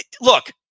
look